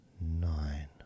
nine